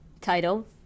title